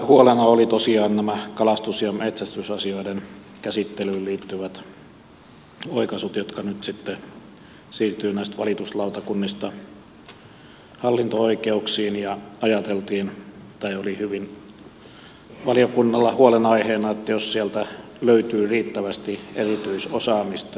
huolena olivat tosiaan nämä kalastus ja metsästysasioiden käsittelyyn liittyvät oikaisut jotka nyt sitten siirtyvät näistä valituslautakunnista hallinto oikeuksiin ja oli hyvin valiokunnalla huolenaiheena löytyykö sieltä riittävästi erityisosaamista